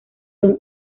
son